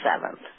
seventh